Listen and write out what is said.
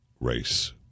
race